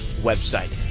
website